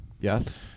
Yes